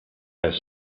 has